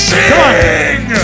Sing